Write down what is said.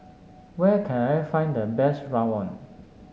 where can I find the best rawon